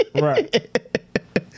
Right